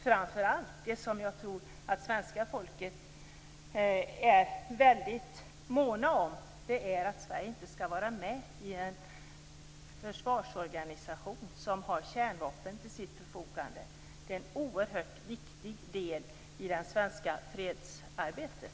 Framför allt tror jag att svenska folket är måna om att Sverige inte skall vara med i en försvarsorganisation som har kärnvapen till sitt förfogande. Det är en oerhört viktigt del i det svenska fredsarbetet.